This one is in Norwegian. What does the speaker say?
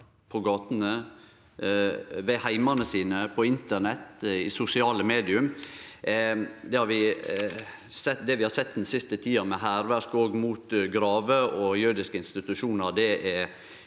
på gata, ved heimane sine, på internett, i sosiale medium. Det vi har sett den siste tida med hærverk mot graver og jødiske institusjonar, er